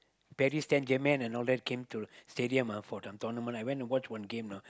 and all that came to stadium ah for the tournament I went to watch one game lah